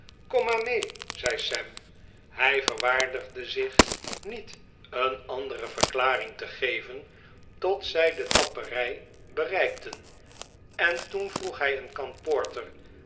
kom maar mee zei sam hij verwaardigde zich niet een andere verklaring te geven tot zij de tapperij bereikten en toen vroeg hij een kan porter